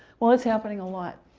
well it's happening a lot.